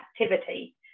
activity